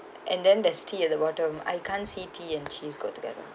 and then there's tea at the bottom I can't see tea and cheese go together